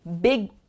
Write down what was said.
big